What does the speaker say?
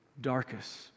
darkest